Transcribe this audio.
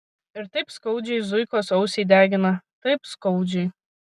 ir taip skaudžiai zuikos ausį degina taip skaudžiai